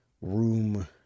room